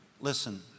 Listen